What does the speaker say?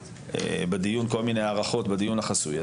אז אני חושב שהערכה היא יותר מינימלית.